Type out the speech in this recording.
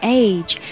age